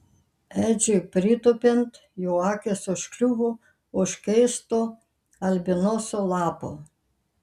edžiui pritūpiant jo akys užkliuvo už keisto albinoso lapo